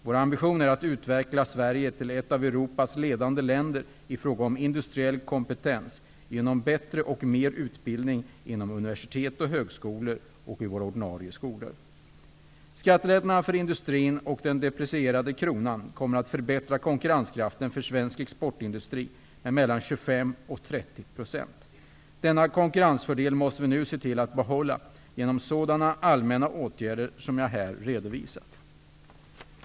Vår ambition är att utveckla Sverige till ett av Europas ledande länder i fråga om industriell kompetens genom bättre och mer utbildning inom universitet och högskolor och i våra ordinarie skolor. Skattelättnaderna för industrin och den deprecierade kronan kommer att förbättra konkurrenskraften för svensk exportindustri med mellan 25 och 30 %. Denna konkurrensfördel måste vi nu se till att behålla genom sådana allmänna åtgärder som jag här har redovisat.